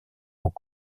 aux